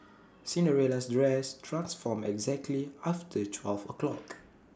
Cinderella's dress transformed exactly after twelve o'clock